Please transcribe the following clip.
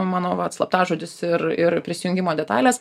mano slaptažodis ir ir prisijungimo detalės